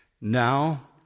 Now